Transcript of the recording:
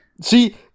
see